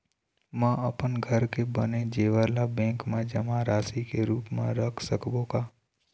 म अपन घर के बने जेवर ला बैंक म जमा राशि के रूप म रख सकबो का?